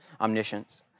omniscience